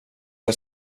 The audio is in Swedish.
jag